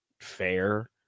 fair